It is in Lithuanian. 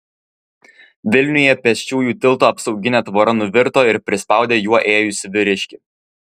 vilniuje pėsčiųjų tilto apsauginė tvora nuvirto ir prispaudė juo ėjusį vyriškį